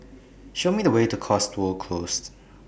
Show Me The Way to Cotswold Close